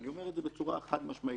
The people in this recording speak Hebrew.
אני אומר את זה בצורה חד משמעית.